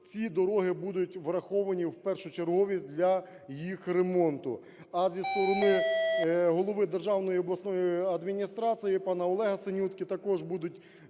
ці дороги будуть враховані в першочерговість для їх ремонту. А зі сторони голови державної обласної адміністрації пана Олега Синютки також будуть